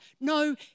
No